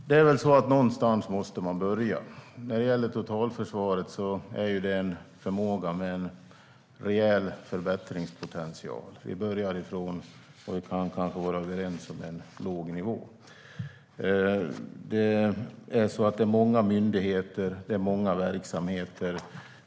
Fru talman! Någonstans måste man börja. När det gäller totalförsvaret är det en förmåga med en rejäl förbättringspotential. Vi börjar från en låg nivå, vilket vi nog kan vara överens om. Det är fråga om många myndigheter, många verksamheter.